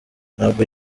ntabwo